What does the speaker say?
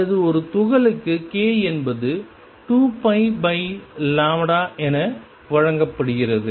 அல்லது ஒரு துகளுக்கு k என்பது 2π என வழங்கப்படுகிறது